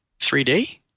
3D